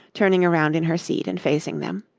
turning around in her seat and facing them.